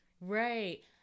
Right